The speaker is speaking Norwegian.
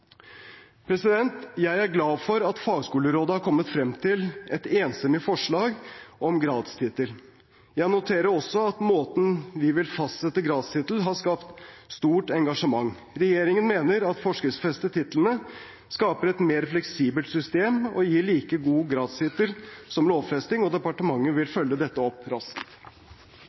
Jeg er glad for at Fagskolerådet har kommet frem til et enstemmig forslag om gradstittel. Jeg noterer også at måten vi vil fastsette gradstittel på, har skapt stort engasjement. Regjeringen mener at det å forskriftsfeste titlene skaper et mer fleksibelt system og gir like god gradstittel som lovfesting, og departementet vil følge dette opp raskt.